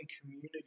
community